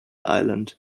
island